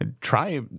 Try